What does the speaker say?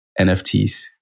NFTs